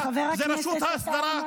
זה רשות ההסדרה.